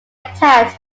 attacked